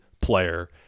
player